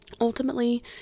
Ultimately